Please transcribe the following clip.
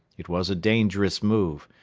it was a dangerous move,